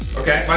okay my